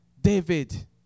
David